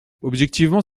objectivement